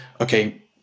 okay